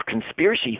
conspiracy